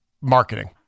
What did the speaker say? marketing